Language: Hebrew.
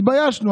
התביישנו.